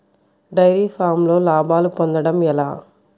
Dairy ఫామ్లో లాభాలు పొందడం ఎలా?